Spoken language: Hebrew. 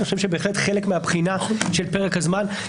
אני חושב שבהחלט חלק מהבחינה של פרק הזמן,